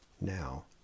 now